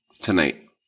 tonight